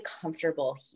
comfortable